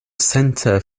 centre